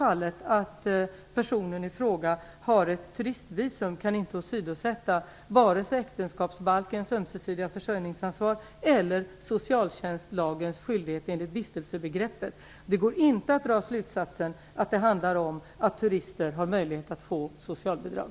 Att personen i fråga har ett turistvisum kan inte åsidosätta vare sig äktenskapsbalkens ömsesidiga försörjningsansvar eller socialtjänstlagens skyldighet enligt vistelsebegreppet. Det går inte att dra slutsatsen att det handlar om att turister har möjlighet att få socialbidrag.